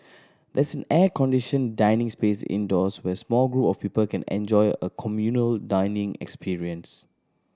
there's an air conditioned dining space indoors where small group of people can enjoy a communal dining experience